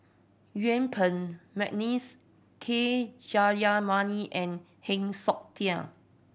Yuen Peng McNeice K Jayamani and Heng Siok Tian